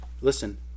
Listen